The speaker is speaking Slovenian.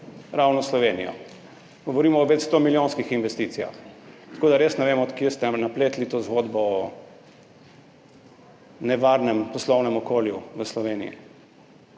ravno Slovenijo. Govorimo o večstomilijonskih investicijah, tako da res ne vem, od kje ste napletli to zgodbo o nevarnem poslovnem okolju v Sloveniji.